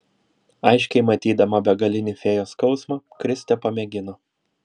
aiškiai matydama begalinį fėjos skausmą kristė pamėgino